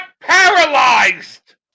paralyzed